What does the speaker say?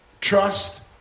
trust